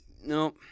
No